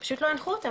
שפשוט לא הנחו אותם,